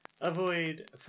Avoid